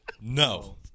No